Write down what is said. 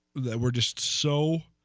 that were just so